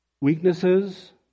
weaknesses